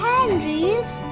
Henry's